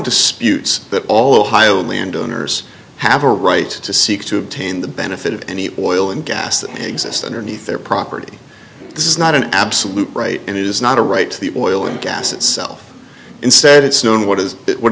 disputes that all ohio landowners have a right to seek to obtain the benefit of any oil and gas that exist underneath their property this is not an absolute right and it is not a right to the oil and gas itself instead it's known what is it what